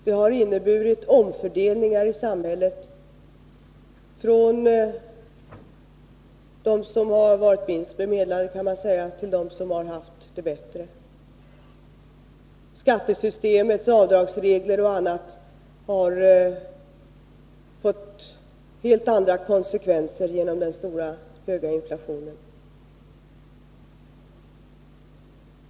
Det har inneburit omfördelningar i samhället, från dem — kan man säga — som har varit minst bemedlade till dem som har haft det bättre ställt. Skattesystemets avdragsregler m.m. har fått helt andra konsekvenser genom den höga inflationen.